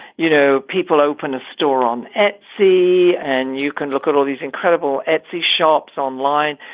you know, people open a store on etsy and you can look at all these incredible etsy shops online.